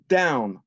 down